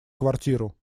квартиру